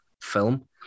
film